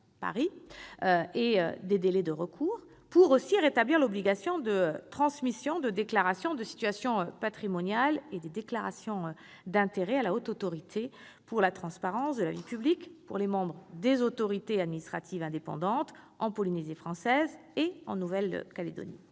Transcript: répression des fraudes. Il a rétabli l'obligation de transmission de déclarations de situation patrimoniale et des déclarations d'intérêts à la Haute Autorité pour la transparence de la vie publique pour les membres des autorités administratives indépendantes en Polynésie française et en Nouvelle-Calédonie.